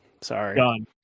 Sorry